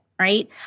right